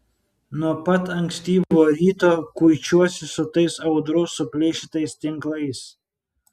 nuo pat ankstyvo ryto kuičiuosi su tais audros suplėšytais tinklais